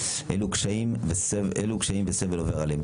אילו קשיים וסבל עובר עליהם,